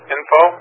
Info